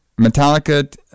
metallica